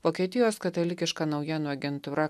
vokietijos katalikiška naujienų agentūra